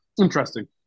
interesting